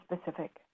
specific